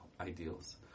ideals